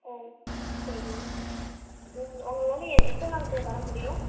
ஓ சரி உங்களால் எ எத்தனை நாள்குள்ளே தர முடியும்